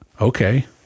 okay